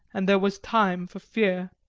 and there was time for fear.